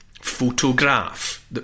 photograph